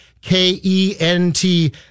K-E-N-T